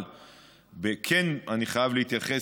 אבל אני כן חייב להתייחס,